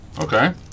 Okay